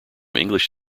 english